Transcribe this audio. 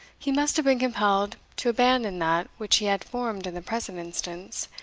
he must have been compelled to abandon that which he had formed in the present instance,